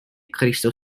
cristo